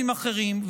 אחרים.